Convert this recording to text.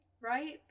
right